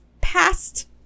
past